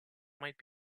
might